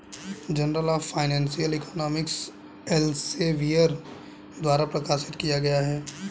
journal of financial economics Elsevier द्वारा प्रकाशित किया गया हैं